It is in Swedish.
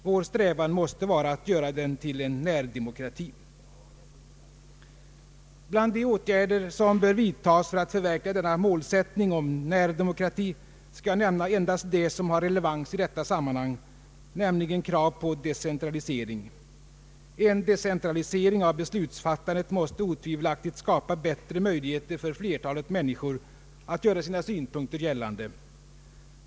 Vår strävan måste vara att göra den till en närdemokrati.” Bland de åtgärder som bör vidtagas för att förverkliga denna målsättning om närdemokrati skall jag nämna endast vad som har relevans i detta sammanhang, nämligen krav på decentralisering. En decentralisering av beslutsfattande måste otvivelaktigt skapa bättre möjligheter för flertalet människor att göra sina synpunkter gällande.